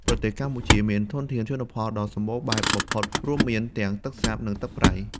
ប្រទេសកម្ពុជាមានធនធានជលផលដ៏សម្បូរបែបបំផុត រួមមានទាំងទឹកសាប និងទឹកប្រៃ។